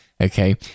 Okay